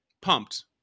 pumped